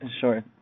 Sure